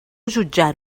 jutjar